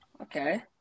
Okay